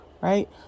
Right